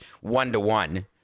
one-to-one